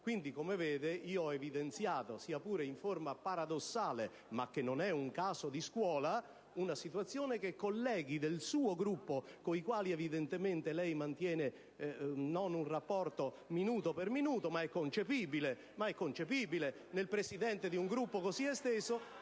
Come vede, ho evidenziato, sia pure in forma paradossale, ma che non è un caso di scuola, una situazione che colleghi del suo Gruppo, con i quali evidentemente lei non mantiene un rapporto minuto per minuto, come del resto è concepibile per il Presidente di un Gruppo così esteso,